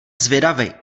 zvědavej